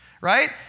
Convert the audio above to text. right